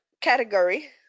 category